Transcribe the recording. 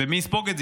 מי יספוג את זה?